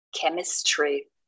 chemistry